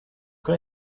can